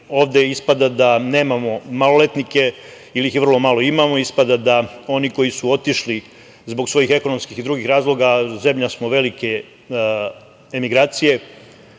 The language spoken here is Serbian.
ovde ispada da nemamo maloletnike, ili ih je vrlo malo. Imamo. Ispada da oni koji su otišli zbog svojih ekonomskih i drugih razloga zemlja smo velike emigracije,